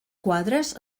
quadres